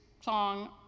song